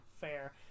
fair